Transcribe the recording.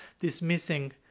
dismissing